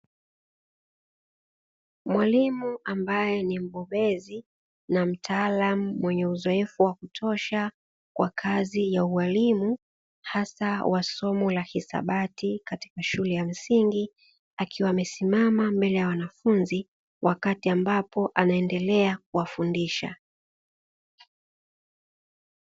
Mwalimu ambaye ni mbobezi na mtaalamu mwenye uzoefu wa kutosha kwa kazi ya ualimu, hasa wa somo la hisabati katika shule ya msingi, akiwa amesimama mbele ya wanafunzi, wakati ambapo anaendelea kuwafundisha.